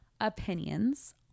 opinions